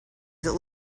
that